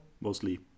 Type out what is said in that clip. mostly